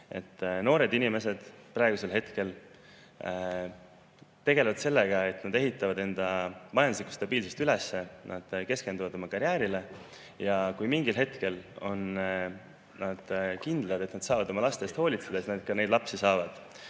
Noored inimesed praegusel hetkel tegelevad sellega, et nad ehitavad enda majanduslikku stabiilsust üles, nad keskenduvad oma karjäärile. Ja kui mingil hetkel on nad kindlad, et saavad oma laste eest hoolitseda, siis nad neid lapsi saavad.